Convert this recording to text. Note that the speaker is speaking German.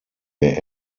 der